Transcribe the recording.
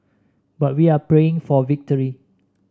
but we are praying for victory